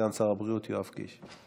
סגן שר הבריאות יואב קיש.